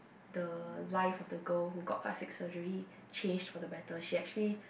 the life of the goal who got plastic surgery change for the better she actually